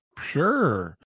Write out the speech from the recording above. Sure